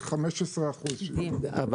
לא.